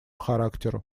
характеру